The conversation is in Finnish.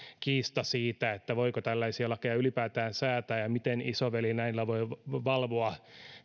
kiista siitä voiko tällaisia lakeja ylipäätään säätää ja miten isoveli näillä voi valvoa